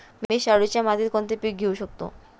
मी शाडूच्या मातीत कोणते पीक घेवू शकतो?